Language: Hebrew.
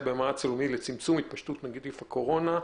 במאמץ הלאומי לצמצום התפשטות נגיף הקורונה,